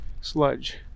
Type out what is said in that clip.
sludge